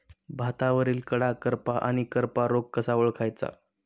भातावरील कडा करपा आणि करपा रोग कसा ओळखायचा?